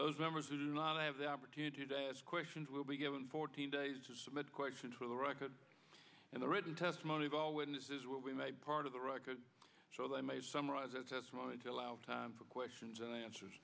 those members who do not have the opportunity to ask questions will be given fourteen days to submit questions for the record and the written testimony of all witnesses what we made part of the record so they may summarize that testimony to allow time for questions and answers